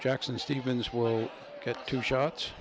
jackson stevens will get two shots